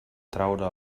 traure